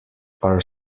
are